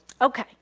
Okay